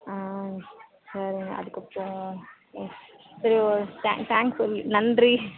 ஆ சரிங்க அதுக்கப்புறம் சரி ஒரு த்தே தேங்க்ஸ் சொல்லி நன்றி